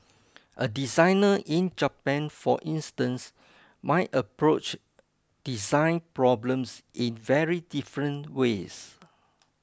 a designer in Japan for instance might approach design problems in very different ways